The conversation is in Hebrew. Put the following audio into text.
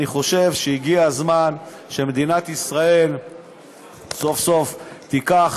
אני חושב שהגיע הזמן שמדינת ישראל סוף-סוף תיקח